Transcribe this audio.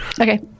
Okay